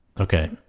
Okay